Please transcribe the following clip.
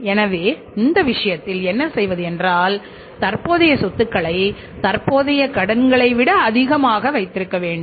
எனவே அந்த விஷயத்தில் என்ன செய்வது என்றால் தற்போதைய சொத்துக்களை தற்போதைய கடன்களை விட அதிகமாக வைத்திருக்க வேண்டும்